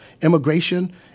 immigration